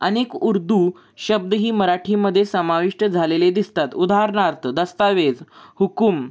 अनेक उर्दू शब्दही मराठीमध्ये समाविष्ट झालेले दिसतात उदाहरणार्थ दस्तऐवज हुकुम